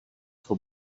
for